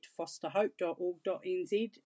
fosterhope.org.nz